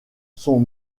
sont